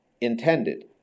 intended